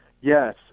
Yes